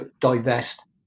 divest